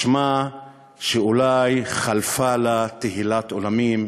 משמע שאולי חלפה לה תהילת עולם,